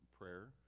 prayer